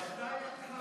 אז מותר לנו לעשות הכול.